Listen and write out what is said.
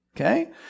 Okay